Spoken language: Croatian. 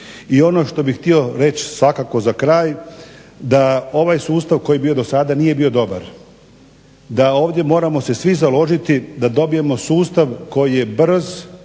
I ono što bih htio reć svakako za kraj. Da ovaj sustav koji je bio do sada nije bio dobar, da ovdje moramo se svi založiti da dobijemo sustav koji je brz,